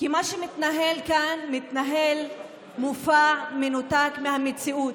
כי מה שמתנהל כאן, מתנהל מופע מנותק מהמציאות,